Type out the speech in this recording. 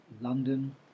London